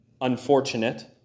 Unfortunate